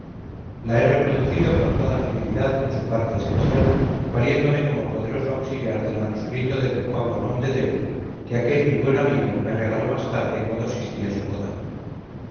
la he reproducido con toda fidelidad en su parte esencial valiéndome como poderoso auxiliar del manuscrito de d pablo nomdedeu que aquel mi buen amigo me regaló más tarde cuando asistí a su boda